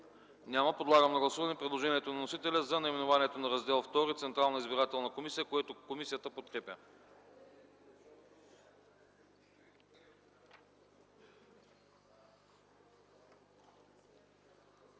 Няма. Подлагам на гласуване предложението на вносителя за наименованието на Раздел ІІ „Централна избирателна комисия”, което комисията подкрепя.